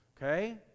Okay